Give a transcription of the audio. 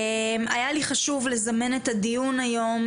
היה לי חשוב לזמן את הדיון היום,